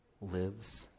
lives